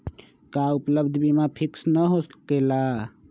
का उपलब्ध बीमा फिक्स न होकेला?